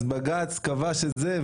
אז בג"ץ קבע שזה,